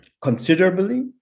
considerably